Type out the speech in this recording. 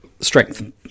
Strength